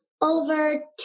Over